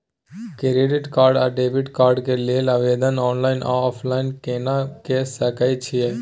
Credit card आ debit card के लेल आवेदन ऑनलाइन आ ऑफलाइन केना के सकय छियै?